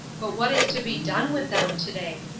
but what is to be done with them to-day?